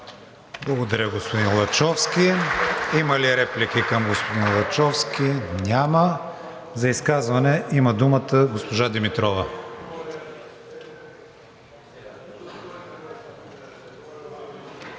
Благодаря, господин Лачовски. Има ли реплики към господин Лачовски? Няма. За изказване има думата госпожа Димитрова.